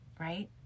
Right